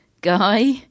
guy